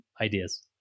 ideas